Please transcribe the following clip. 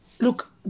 Look